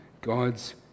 God's